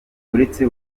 uretse